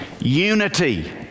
Unity